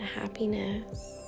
happiness